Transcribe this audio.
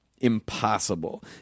impossible